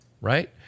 right